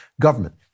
government